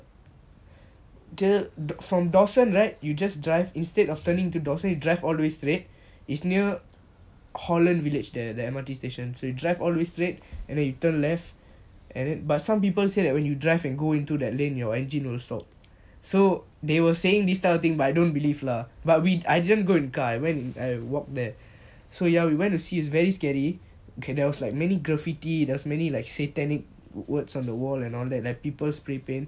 from dawson right you just drive instead of turning into dawson you drive all the way straight is near holland village there the M_R_T station so you all the way straight and then you turn left but some people say that when you drive and go into that lane your engine will stop so they were saying this type of thing but I don't believe lah but we I didn't go in car me and friends I walk there so ya we went to see is very scary K there was like many graffiti there's many like satanic words on the wall and all that like people spray paint